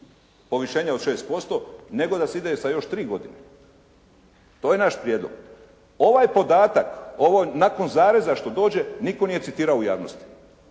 povišenja od 6%, nego da se ide sa još 3 godine. To je naš prijedlog. Ovaj podatak, ovo nakon zareza što dođe nitko nije citirao u javnosti,